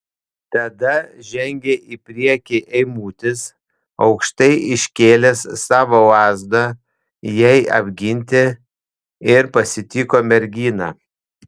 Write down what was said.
tada žengė į priekį eimutis aukštai iškėlęs savo lazdą jai apginti ir pasitiko merginą